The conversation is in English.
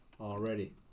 already